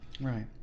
Right